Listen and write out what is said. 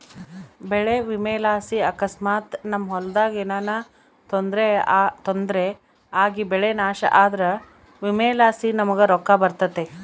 ಬೆಳೆ ವಿಮೆಲಾಸಿ ಅಕಸ್ಮಾತ್ ನಮ್ ಹೊಲದಾಗ ಏನನ ತೊಂದ್ರೆ ಆಗಿಬೆಳೆ ನಾಶ ಆದ್ರ ವಿಮೆಲಾಸಿ ನಮುಗ್ ರೊಕ್ಕ ಬರ್ತತೆ